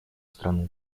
страны